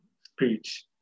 speech